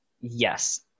Yes